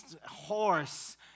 horse